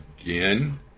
again